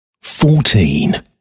fourteen